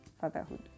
fatherhood